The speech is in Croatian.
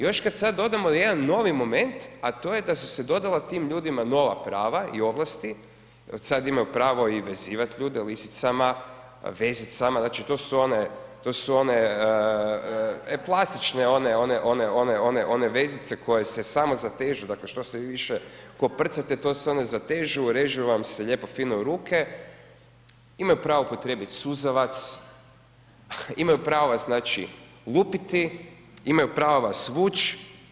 Još kad sad odemo u jedan novi moment a to je da su se dodala tim ljudima nova prava i ovlastim od sad imaju pravo i vezivat ljude lisicama, vezicama, znači to su one plastične one vezice koje se samo zatežu, dakle što se vi više koprcate, to se one zatežu, režu vam se lijepo, fino ruke, imaju pravo upotrijebiti suzavac, imaju pravo znači lupiti, imaju prava svući.